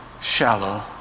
shallow